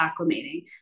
acclimating